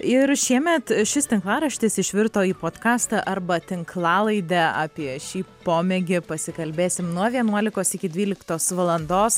ir šiemet šis tinklaraštis išvirto į potkastą arba tinklalaidę apie šį pomėgį pasikalbėsim nuo vienuolikos iki dvyliktos valandos